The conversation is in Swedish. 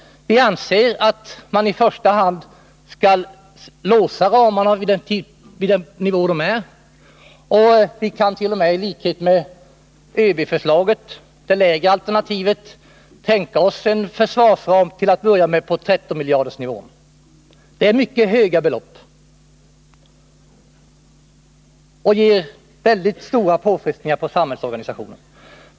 Vi anser att man i första hand skall låsa ramarna vid den nuvarande nivån. I likhet med vad ÖB föreslår i sitt lägre alternativ kan t.o.m. vi till att börja med tänka oss en försvarsram på 13 miljardersnivån. Det gäller mycket höga belopp, som ger väldigt stora påfrestningar på samhällsorganisationen.